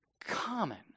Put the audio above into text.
common